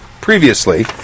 previously